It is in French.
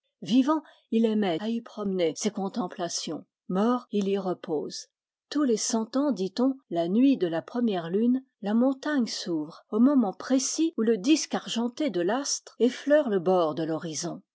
vivant il aimait à y promener ses contemplations mort il y repose tous les cent ans dit-on la nuit de la première lune la montagne s'ouvre au moment précis où le disque argenté de l'astre effleure le bord de